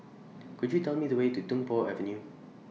Could YOU Tell Me The Way to Tung Po Avenue